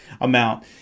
amount